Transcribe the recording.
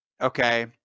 okay